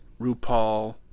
RuPaul